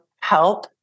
help